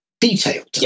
detailed